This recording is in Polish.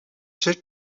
czy